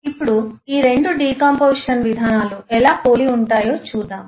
ఇప్పుడు ఈ రెండు డికాంపొజిషన్ విధానాలు ఎలా పోలి ఉంటాయో చూద్దాం